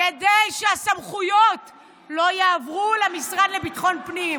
כדי שהסמכויות לא יעברו למשרד לביטחון הפנים.